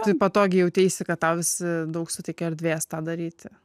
taip patogiai jauteisi kad tau visi daug suteikia erdvės tą daryti